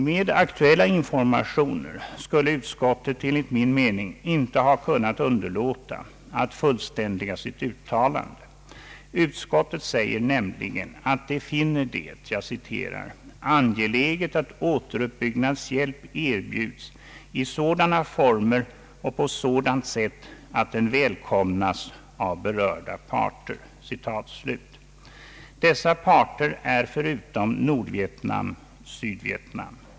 Med aktuella informationer skulle utskottet enligt min mening inte ha kunnat underlåta att fullständiga sitt uttalande. Utskottet säger nämligen att det finner det »angeläget att återuppbyggnadshjälp erbjuds i sådana former och på sådant sätt att den välkomnas av berörda parter». Dessa »parter» är — förutom Nordvietnam — Sydvietnam.